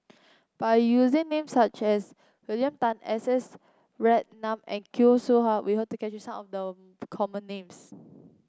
by using names such as William Tan S S Ratnam and Khoo Seow Hwa we hope to capture some of the common names